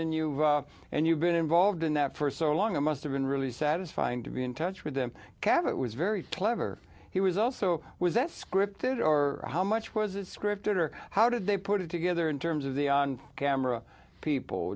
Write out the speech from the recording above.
then you and you've been involved in that for so long it must have been really satisfying to be in touch with them cavett was very clever he was also was that scripted or how much was it scripted or how did they put it together in terms of the on camera people